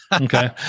Okay